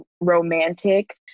romantic